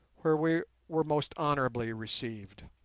where we were most hospitably received.